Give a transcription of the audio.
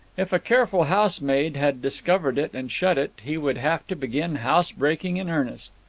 if a careful housemaid had discovered it and shut it, he would have to begin housebreaking in earnest.